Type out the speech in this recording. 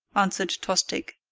answered tostig,